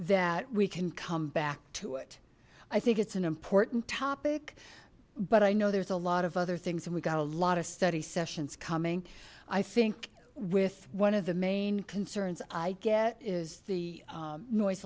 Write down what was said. that we can come back to it i think it's an important topic but i know there's a lot of other things and we got a lot of study sessions coming i think with one of the main concerns i get is the noise